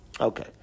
Okay